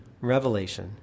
revelation